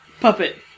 puppet